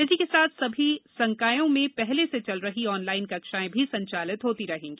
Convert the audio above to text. इसी के साथ सभी संकायों में पहले से चल रही ऑनलाइन कक्षाएं भी संचालित होती रहेंगी